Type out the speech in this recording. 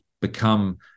become